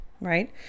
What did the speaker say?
right